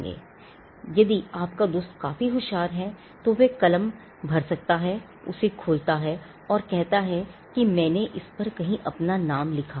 अब यदि आपका दोस्त काफी होशियार है तो वह कलम भर सकता है उसे खोलता है और कहता कि मैंने इस पर कहीं अपना नाम लिखा है